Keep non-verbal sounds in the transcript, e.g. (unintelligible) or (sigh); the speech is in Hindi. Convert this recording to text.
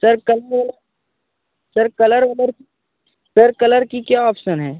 सर कलर (unintelligible) सर कलर वलर सर कलर की क्या ऑप्सन है